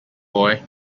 boy